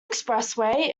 expressway